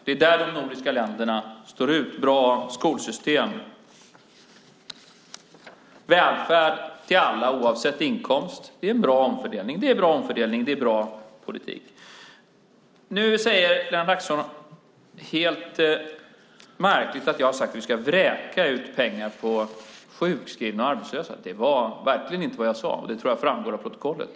Det är där de nordiska länderna står ut med bra skolsystem. Välfärd till alla oavsett inkomst är bra omfördelning och bra politik. Nu säger Lennart Axelsson, helt märkligt, att jag har sagt att vi ska vräka ut pengar på sjukskrivna och arbetslösa. Det var verkligen inte vad jag sade, och jag tror att det kommer att framgå av protokollet.